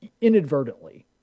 inadvertently